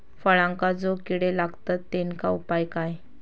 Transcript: फळांका जो किडे लागतत तेनका उपाय काय?